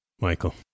Michael